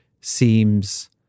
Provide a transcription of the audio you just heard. seems